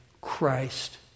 Christ